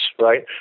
right